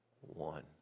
one